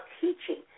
teaching